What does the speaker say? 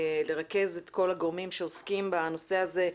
לרכז את כל הגורמים שעוסקים בנושא הזה,